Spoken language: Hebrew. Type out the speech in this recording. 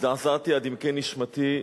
הזדעזעתי עד עמקי נשמתי.